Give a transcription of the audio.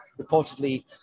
reportedly